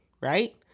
right